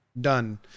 done